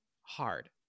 hard